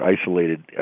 isolated